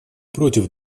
против